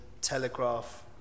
Telegraph